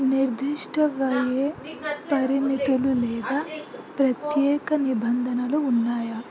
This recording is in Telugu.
నిర్దిష్ట వయో పరిమితులు లేదా ప్రత్యేక నిబంధనలు ఉన్నాయా